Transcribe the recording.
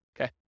Okay